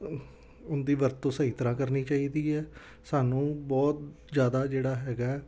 ਉਹ ਉਹਨਾਂ ਦੀ ਵਰਤੋਂ ਸਹੀ ਤਰ੍ਹਾਂ ਕਰਨੀ ਚਾਹੀਦੀ ਹੈ ਸਾਨੂੰ ਬਹੁਤ ਜ਼ਿਆਦਾ ਜਿਹੜਾ ਹੈਗਾ